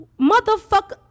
motherfucker